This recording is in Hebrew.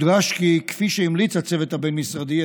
יודגש כי כפי שהמליץ הצוות הבין-משרדי,